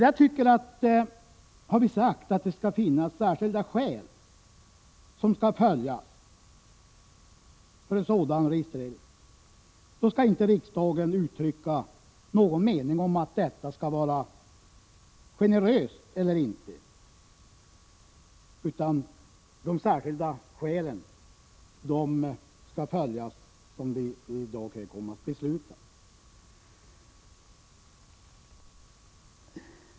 Jag anser att det som har stipulerats om särskilda skäl skall följas utan att riksdagen skall behöva uttrycka någon mening om att detta skall tolkas generöst eller inte. De särskilda skälen skall respekteras som vi i dag kommer att besluta.